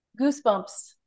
goosebumps